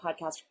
podcast